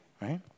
right